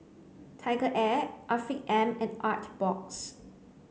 TigerAir Afiq M and Artbox